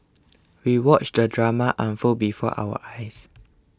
we watched the drama unfold before our eyes